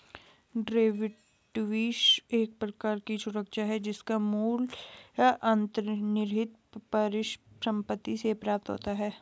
derivatives एक प्रकार की सुरक्षा है जिसका मूल्य अंतर्निहित परिसंपत्ति से प्राप्त होता है